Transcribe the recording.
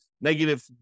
negative